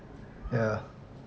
yeah